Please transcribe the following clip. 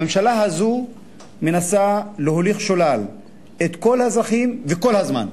הממשלה הזאת מנסה להוליך שולל את כל האזרחים וכל הזמן,